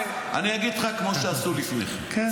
אני אגיד לך כמו שעשו לפני כן,